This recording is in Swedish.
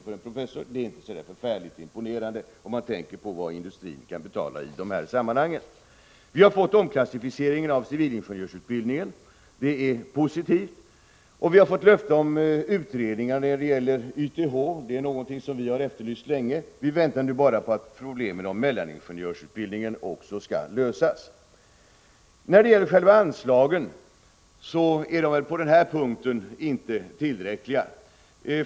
i månaden, är inte så imponerande när man betänker vad industrin kan betala i dessa sammanhang. Att civilingenjörsutbildningen har omklassificerats är positivt. Vi har också fått löfte om utredningar om YTH, och det är något som vi länge har efterlyst. Vi väntar nu bara på att problemen med mellaningenjörsutbildningen skall lösas. Anslagen är på den punkten inte tillräckliga.